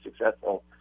successful